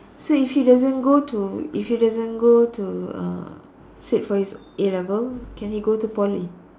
so if he doesn't go to if he doesn't go to uh sit for his A-level can he go to Poly